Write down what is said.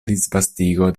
disvastigo